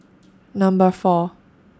Number four